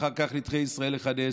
ואחר כך נדחי ישראל יכנס.